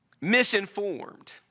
misinformed